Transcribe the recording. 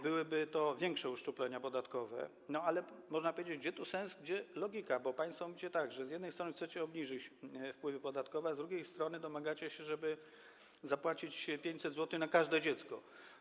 Byłyby to większe uszczuplenia podatkowe, ale można zapytać, gdzie tu sens, gdzie logika, bo państwo mówicie, że z jednej strony chcecie obniżyć wpływy podatkowe, a z drugiej strony domagacie się, żeby zapłacić 500 zł na każde dziecko.